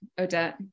Odette